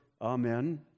Amen